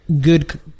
good